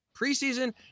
preseason